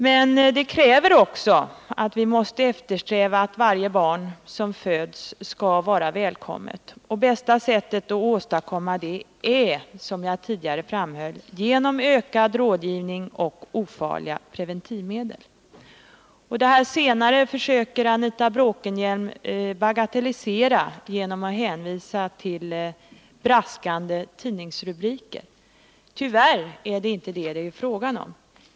Men det kräver också att vi eftersträvar att varje barn som föds skall vara välkommet. Bästa sättet att åstadkomma det är, som jag tidigare framhöll, ökad rådgivning och ofarliga preventivmedel. Det senare försöker Anita Bråkenhielm bagatellisera genom att hänvisa till braskande tidningsrubriker. Tyvärr är det inte detta det är fråga om.